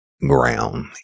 ground